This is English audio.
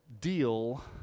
deal